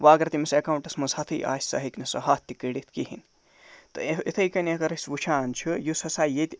ووٚنۍ اَگر تٔمِس اٮ۪کاونٹَس منٛز ہَتھٕے آسہِ سُہ ہٮ۪کہِ نہٕ سُہ ہَتھ تہِ کٔڑِتھ کِہیٖنۍ نہٕ تہٕ یِتھٕے کٔنۍ اَگر أسۍ وُچھان چھِ یُس ہسا ییٚتہِ